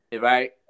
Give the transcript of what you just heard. right